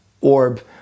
orb